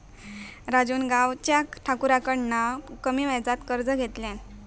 राजून गावच्या ठाकुराकडना कमी व्याजात कर्ज घेतल्यान